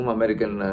American